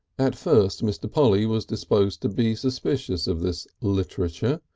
at first mr. polly was disposed to be suspicious of this literature,